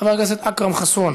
חבר הכנסת אכרם חסון,